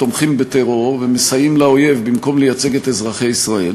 תומכים בטרור ומסייעים לאויב במקום לייצג את אזרחי ישראל.